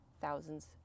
thousands